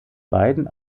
beiden